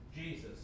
Jesus